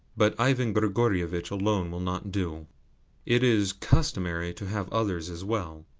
but ivan grigorievitch alone will not do it is customary to have others as well.